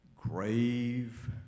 grave